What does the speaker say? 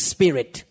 Spirit